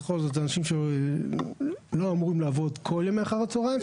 בכל זאת זה אנשים שלא אמורים לעבוד כל ימי אחר הצוהריים.